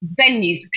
venues